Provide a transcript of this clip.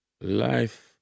life